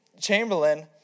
Chamberlain